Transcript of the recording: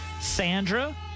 Sandra